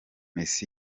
miss